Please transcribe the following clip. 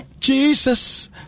Jesus